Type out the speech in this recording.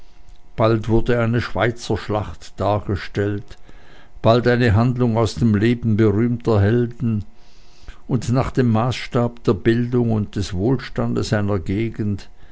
bald wurde eine schweizerschlacht dargestellt bald eine handlung aus dem leben berühmter helden und nach dem maßstabe der bildung und des wohlstandes einer gegend